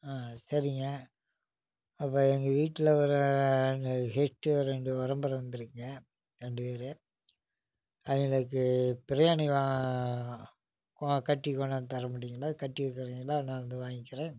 ஆ சரிங்க அப்போ எங்கள் வீட்டில ஒரு ரெண்டு கெஸ்ட் ரெண்டு உறவுமுற வந்துருக்குங்க ரெண்டு பேர் அதுங்களுக்கு எனக்கு பிரியாணி வா கோ கட்டிக் கொண்டாந்து தர முடியுங்களா கட்டி தருவிங்களா நான் வந்து வாங்கிக்கிறேன்